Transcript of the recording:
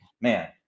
Man